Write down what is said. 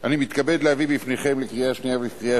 אני מתכבד להביא בפניכם לקריאה שנייה ולקריאה